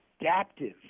adaptive